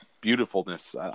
Beautifulness